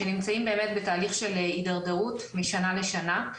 שנמצאים באמת בתהליך של הדרדרות משנה לשנה.